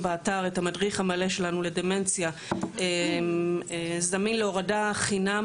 המדריך המלא שלנו לדמנציה זמין היום באתר להורדה חינם